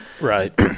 Right